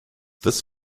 this